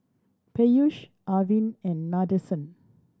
Peyush Arvind and Nadesan